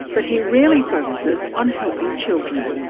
but he really focuses on helping children.